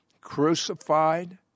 crucified